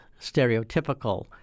stereotypical